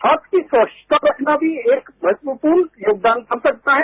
हाथ की स्वच्छता रखना भी एक महत्वपूर्ण योगदान हो सकता है